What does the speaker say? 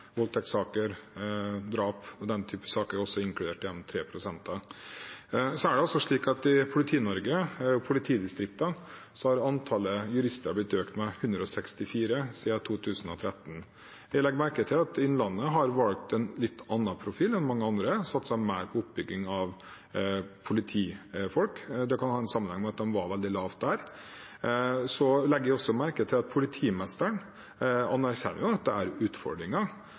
Voldtektssaker, drap og den type saker er også inkludert i de tre prosentene. I Politi-Norge, i politidistriktene, har antallet jurister blitt økt med 164 siden 2013. Jeg legger merke til at Innlandet har valgt en litt annen profil enn mange andre. De har satset mer på å øke antallet politifolk. Det kan ha en sammenheng med at de lå veldig lavt der. Jeg legger også merke til at politimesteren anerkjenner at det er utfordringer,